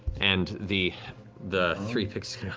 and the the three pixies go,